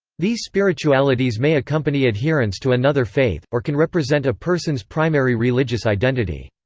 these spiritualities may accompany adherence to another faith, or can represent a person's primary religious identity.